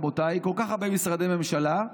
רבותיי: כל כך הרבה משרדי ממשלה,